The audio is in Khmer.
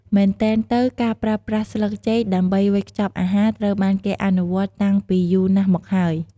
មែនទែនទៅ ការប្រើប្រាស់ស្លឹកចេកដើម្បីវេចខ្ចប់អាហារ ត្រូវបានគេអនុវត្តតាំងពីយូរណាស់មកហើយ។